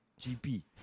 GP